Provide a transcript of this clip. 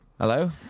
Hello